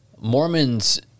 Mormons